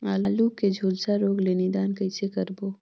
आलू के झुलसा रोग ले निदान कइसे करबो?